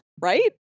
Right